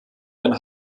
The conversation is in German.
ein